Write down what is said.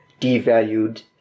devalued